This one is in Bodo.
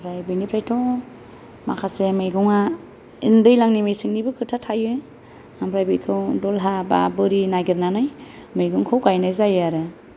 ओमफ्राय बेनिफ्रायथ' माखासे मैगंआ दैज्लांनि मेसेंनिबो खोथा थायो ओमफ्राय बेखौ दहला बा बोरि नागिरनानै मैगंखौ गायनाय जायो आरो